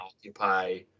occupy